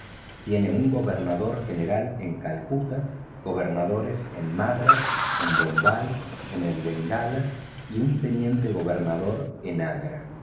tiene un gobernador general en calcuta gobernadores en madrás en bombay en bengala y un teniente gobernador en agra